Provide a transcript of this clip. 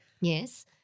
Yes